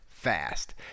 fast